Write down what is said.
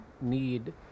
need